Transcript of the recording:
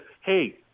hey